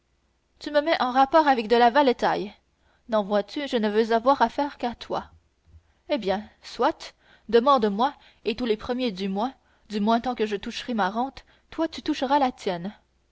tu me mets en rapport avec de la valetaille non vois-tu je ne veux avoir affaire qu'à toi eh bien soit demande-moi et tous les premiers du mois du moins tant que je toucherai ma rente toi tu toucheras la tienne